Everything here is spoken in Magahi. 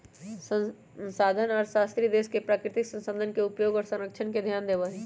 संसाधन अर्थशास्त्री देश के प्राकृतिक संसाधन के उपयोग और संरक्षण पर ध्यान देवा हई